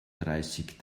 dreißig